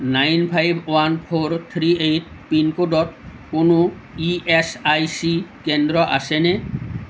nine five one four three eight পিনক'ডত কোনো E S I C কেন্দ্ৰ আছেনে